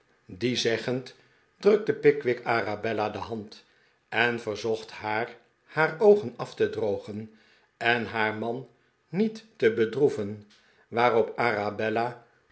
die zeggend drukte pickwick arabella de hand en verzocht haar haar oogen af te drogen en haar man niet te bedroeven waarop arabella